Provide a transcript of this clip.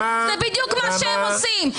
זה בדיוק מה שהם עושים,